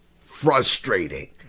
frustrating